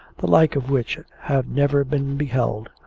the like of which have never been beheld.